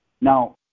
Now